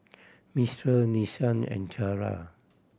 Mistral Nissan and Zara